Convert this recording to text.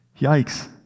yikes